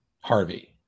Harvey